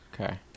okay